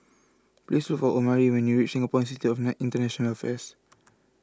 please look for Omari when you reach Singapore Institute of International Affairs